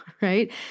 right